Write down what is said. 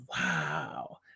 wow